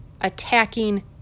attacking